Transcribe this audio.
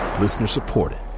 Listener-supported